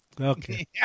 Okay